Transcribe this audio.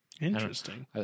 Interesting